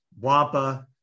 WAPA